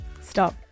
Stop